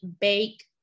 Bake